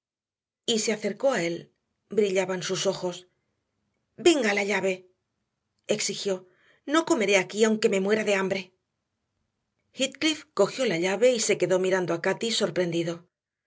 se acercó a él brillaban sus ojos venga la llave exigió no comeré aquí aunque me muera de hambre heathcliff cogió la llave y se quedó mirando a cati sorprendido